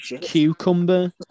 cucumber